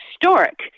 historic